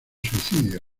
suicidio